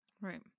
Right